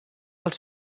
els